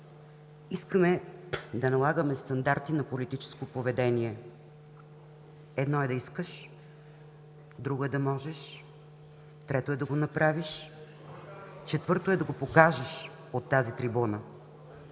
Искаме да налагаме стандарти на политическо поведение. Едно е да искаш, друго е да можеш, трето е да го направиш, четвърто е да го покажеш от тази трибуна.